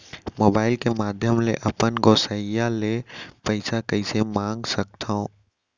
Mobile के माधयम ले अपन गोसैय्या ले पइसा कइसे मंगा सकथव?